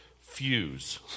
fuse